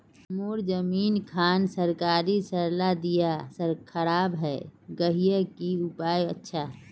मोर जमीन खान सरकारी सरला दीया खराब है गहिये की उपाय अच्छा?